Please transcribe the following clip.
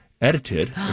edited